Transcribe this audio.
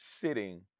sitting